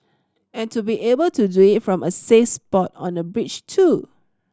and to be able to do it from a safe spot on a bridge too